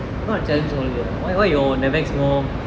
not judge only ah why why your navex more